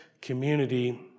community